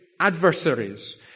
adversaries